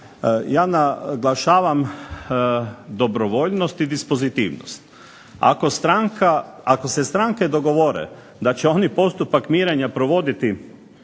ja naglašavam dobrovoljnost i dispozitivnost. Ako se stranke dogovore da će oni postupak mirenja provoditi